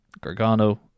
Gargano